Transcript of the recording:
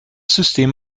system